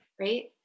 right